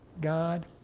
God